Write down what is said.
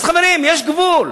אז חברים, יש גבול.